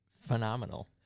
phenomenal